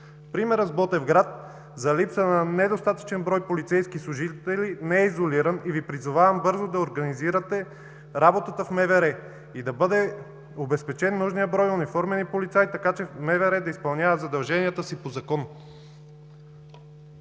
Примерът с Ботевград и липса на недостатъчен брой полицейски служители не е изолиран. Призовавам Ви бързо да организирате работата в МВР, да бъде обезпечен нужният брой униформени полицаи, така че МВР да изпълнява задълженията си по Закон.